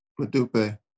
Madupe